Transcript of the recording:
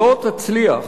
לא תצליח